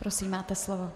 Prosím, máte slovo.